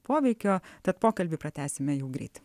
poveikio tad pokalbį pratęsime jau greit